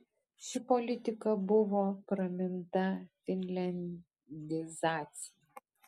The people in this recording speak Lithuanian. ši politika buvo praminta finliandizacija